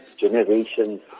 generations